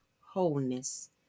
wholeness